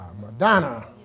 Madonna